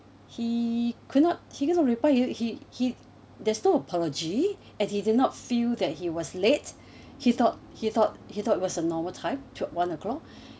he could not he cannot reply he he there's no apology and he did not feel that he was late he thought he thought he thought was a normal time one o'clock